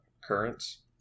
Currents